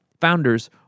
founders